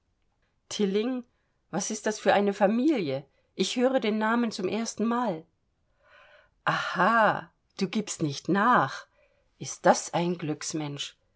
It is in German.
tilling was ist das für eine familie ich höre den namen zum erstenmale aha du gibst nicht nach ist das ein glücksmensch